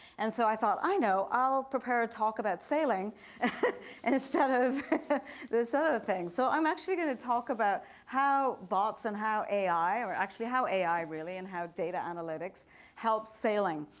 and so i thought, i know, i'll prepare a talk about sailing and instead of those other things. so i'm actually going to talk about how bots and how ai or actually how ai really and how data analytics helps sailing,